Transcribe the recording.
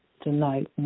tonight